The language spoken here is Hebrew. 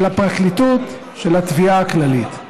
של הפרקליטות, של התביעה הכללית.